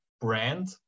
brand